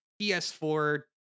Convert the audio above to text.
ps4